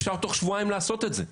אפשר תוך שבועיים לעשות את זה.